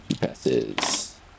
passes